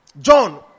John